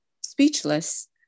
speechless